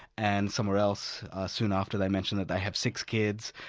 and somewhere else soon after they mention that they have six kids,